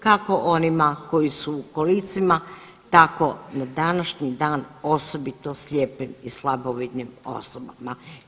Kako onima koji su u kolicima tako na današnji dan osobito slijepim i slabovidnim osobama.